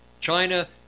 China